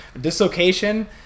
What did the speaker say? Dislocation